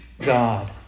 God